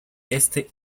este